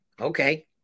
Okay